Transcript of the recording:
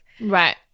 Right